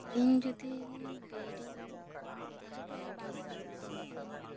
ᱤᱧ ᱡᱩᱫᱤ ᱵᱤᱨᱤᱫᱽ ᱟᱨ ᱨᱮᱰᱤ ᱵᱟᱝ ᱤᱧ ᱛᱟᱦᱮᱱᱟ